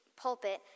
pulpit